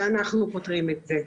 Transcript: ואנחנו פותרים את זה.